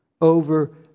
over